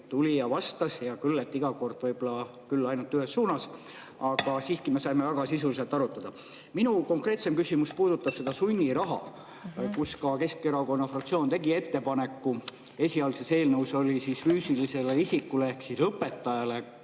tuli ja vastas – hea küll, et iga kord võib-olla ainult ühes suunas –, aga siiski me saime väga sisuliselt arutada. Minu konkreetsem küsimus puudutab seda sunniraha, mille kohta ka Keskerakonna fraktsioon tegi ettepaneku. Esialgses eelnõus oli füüsilisele isikule ehk õpetajale,